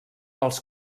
als